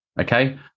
Okay